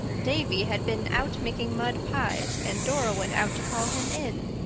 davy had been out making mud pies and dora went out to call him in.